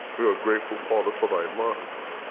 we are grateful, father, for thy love,